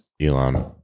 Elon